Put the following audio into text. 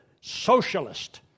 socialist